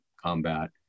combat